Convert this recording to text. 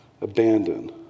abandoned